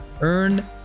Earn